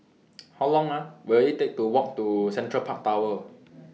How Long Will IT Take to Walk to Central Park Tower